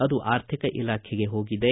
ಅದು ಆರ್ಥಿಕ ಇಲಾಖೆಗೆ ಹೋಗಿದೆ